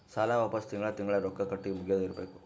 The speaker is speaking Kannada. ಸಾಲ ವಾಪಸ್ ತಿಂಗಳಾ ತಿಂಗಳಾ ರೊಕ್ಕಾ ಕಟ್ಟಿ ಮುಗಿಯದ ಇರ್ಬೇಕು